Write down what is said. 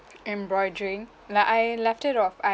embroidering like I left it off